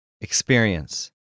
Experience